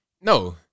no